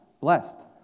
blessed